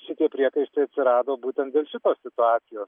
šitie prietaisai atsirado būtent dėl šitos situacijos